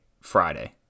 Friday